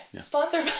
sponsored